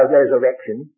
resurrection